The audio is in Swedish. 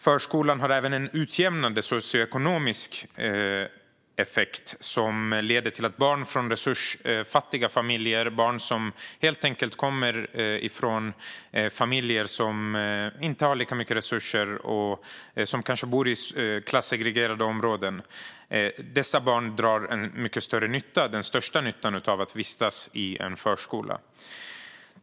Förskolan har även en utjämnande socioekonomisk effekt; barn som kommer från resursfattiga familjer och som kanske bor i klassegregerade områden drar den största nyttan av att vistas i en förskola.